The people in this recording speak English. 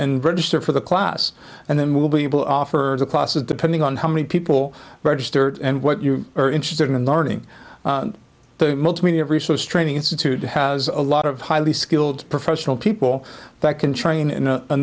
and register for the class and then we will be able offer the classes depending on how many people registered and what you are interested in learning the multi media resource training institute has a lot of highly skilled professional people that can train